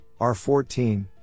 R14